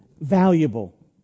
valuable